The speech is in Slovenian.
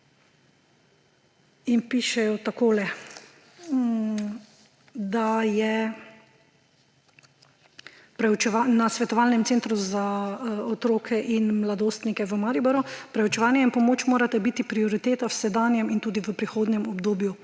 Pišejo tako na Svetovalnem centru za otroke, mladostnike in starše Mariboru: »Preučevanje in pomoč morata biti prioriteta v sedanjem in tudi v prihodnjem obdobju.